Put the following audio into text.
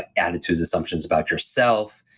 ah attitudes, assumptions about yourself.